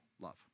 love